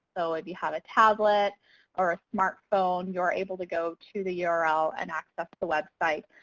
so if you have a tablet or a smartphone, you're able to go to the url and access the website.